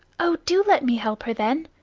oh! do let me help her, then.